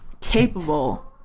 capable